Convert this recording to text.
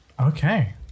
Okay